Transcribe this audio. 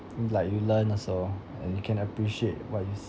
like you learn also and you can appreciate what is